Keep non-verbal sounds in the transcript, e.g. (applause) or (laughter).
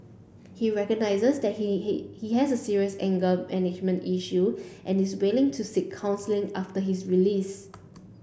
he recognizes that he (unintelligible) he has serious anger management issue and is willing to seek counselling after his release